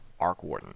Arkwarden